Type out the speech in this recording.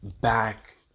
back